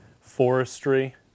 forestry